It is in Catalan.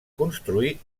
construir